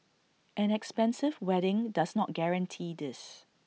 an expensive wedding does not guarantee this